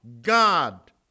God